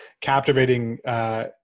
captivating